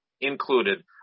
included